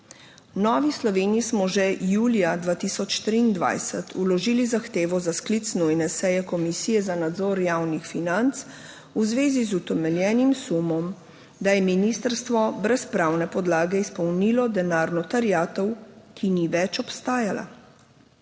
Novi Sloveniji smo že julija 2023 vložili zahtevo za sklic nujne seje Komisije za nadzor javnih financ v zvezi z utemeljenim sumom, da je ministrstvo brez pravne podlage izpolnilo denarno terjatev, ki ni več obstajala.